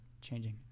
changing